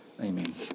Amen